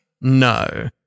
No